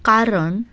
कारण